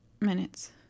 minutes